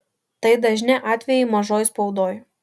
tai dažni atvejai mažoj spaudoj